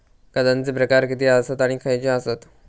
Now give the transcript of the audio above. खतांचे प्रकार किती आसत आणि खैचे आसत?